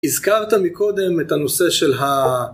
הזכרת מקודם את הנושא של ה...